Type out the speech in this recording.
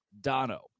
Dono